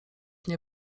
nie